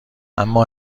اما